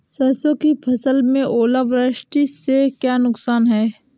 सरसों की फसल में ओलावृष्टि से क्या नुकसान है?